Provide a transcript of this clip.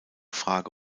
frage